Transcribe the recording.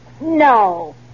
No